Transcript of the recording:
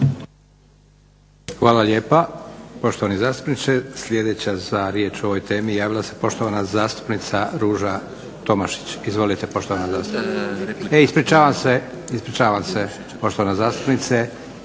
Hvala lijepa poštovani zastupniče. Sljedeća za riječ o ovoj temi javila se poštovana zastupnica Ruža Tomašić. Ispričavam se poštovana zastupnice ima jedna replika na prethodno izlaganje. Poštovani zastupnik